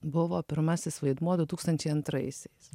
buvo pirmasis vaidmuo du tūkstančiai antraisiais